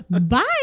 bye